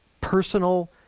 personal